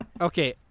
Okay